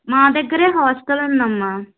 మా దగ్గర హాస్టల్ ఉందమ్మా